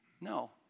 No